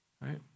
right